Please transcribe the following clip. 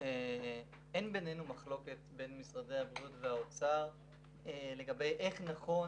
אין מחלוקת בין משרד הבריאות ומשרד האוצר לגבי איך נכון